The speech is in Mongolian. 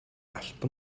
алтан